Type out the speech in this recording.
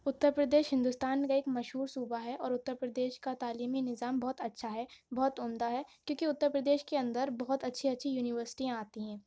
اتر پردیش ہندوستان کا ایک مشہور صوبہ ہے اور اتر پردیش کا تعلیمی نظام بہت اچھا ہے بہت عمدہ ہے کیوں کہ اتر پردیش کے اندر بہت اچھی اچھی یونیورسٹیاں آتی ہیں